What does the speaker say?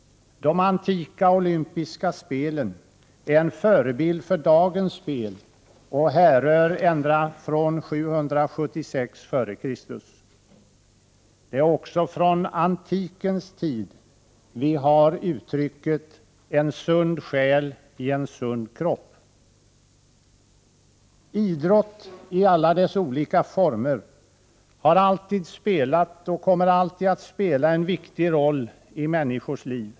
De antika olympiska spelen är förebild för dagens spel och härrör ända från 776 f.Kr. Det är också från antikens tid vi har uttrycket ”En sund själi en sund kropp”. Idrott i alla dess olika former har alltid spelat och kommer alltid att spela en viktig roll i människors liv.